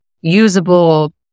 usable